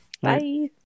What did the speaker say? Bye